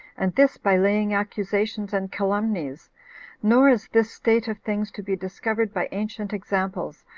and this by laying accusations and calumnies nor is this state of things to be discovered by ancient examples,